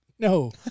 No